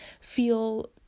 feel